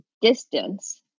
distance